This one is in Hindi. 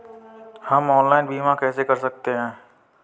हम ऑनलाइन बीमा कैसे कर सकते हैं?